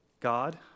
God